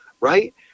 right